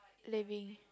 living